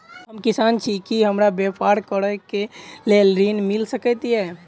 हम किसान छी की हमरा ब्यपार करऽ केँ लेल ऋण मिल सकैत ये?